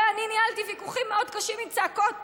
ואני ניהלתי ויכוחים מאוד קשים עם צעקות,